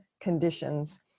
conditions